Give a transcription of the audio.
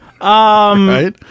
right